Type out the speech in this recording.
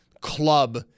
club